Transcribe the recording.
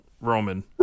Roman